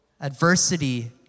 adversity